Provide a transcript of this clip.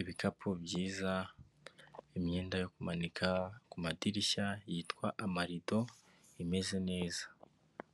ibikapu byiza, imyenda yo kumanika ku madirishya yitwa amarido imeze neza.